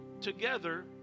together